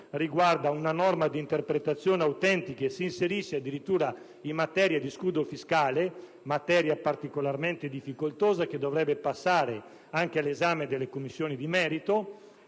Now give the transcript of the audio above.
contiene una norma di interpretazione autentica e s'inserisce addirittura in materia di scudo fiscale; materia particolarmente difficoltosa, che dovrebbe passare anche l'esame delle Commissioni di merito.